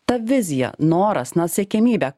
ta vizija noras na siekiamybė